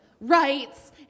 rights